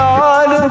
God